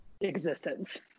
existence